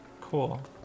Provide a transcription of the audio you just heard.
Cool